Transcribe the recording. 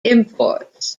imports